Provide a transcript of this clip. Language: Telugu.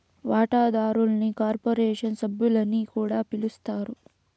వాటాదారుల్ని కార్పొరేషన్ సభ్యులని కూడా పిలస్తారు